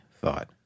thought